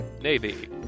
Navy